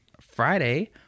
Friday